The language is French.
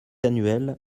annuel